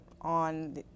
on